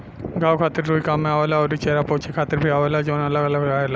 घाव खातिर रुई काम में आवेला अउरी चेहरा पोछे खातिर भी आवेला जवन अलग अलग रहेला